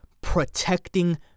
protecting